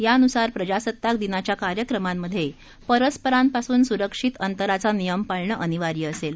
यान्सार प्रजासत्ताक दिनाच्या कार्यक्रमांमधे परस्परांपासून स्रक्षित अंतराचा नियम पाळणं अनिवार्य असेल